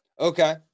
Okay